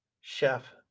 chef